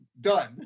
Done